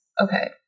Okay